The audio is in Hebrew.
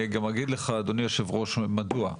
אני אגיד לך אדוני יושב הראש מדוע.